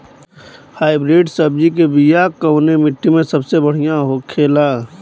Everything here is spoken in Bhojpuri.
हाइब्रिड सब्जी के बिया कवने मिट्टी में सबसे बढ़ियां होखे ला?